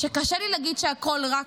שקשה לי להגיד שהכול רע,